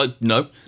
No